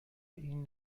این